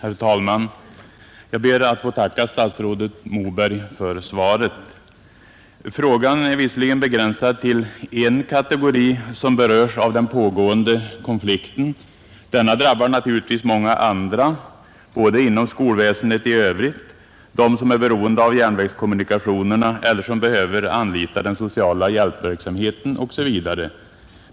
Herr talman! Jag ber att få tacka statsrådet Moberg för svaret. Frågan är visserligen begränsad till en kategori som berörs av den pågående konflikten, men den drabbar naturligtvis många andra såväl inom skolväsendet i övrigt som sådana som är beroende av järnvägskommunikationerna eller som behöver anlita den sociala hjälpverksamheten osv.